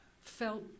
felt